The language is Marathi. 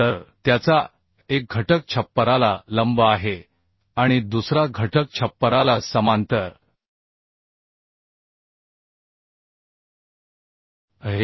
तर त्याचा एक घटक छप्पराला लंब आहे आणि दुसरा घटक छप्पराला समांतर आहे